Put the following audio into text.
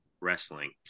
Wrestling